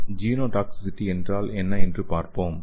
genotoxicity என்றால் என்ன என்று பார்ப்போம்